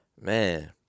man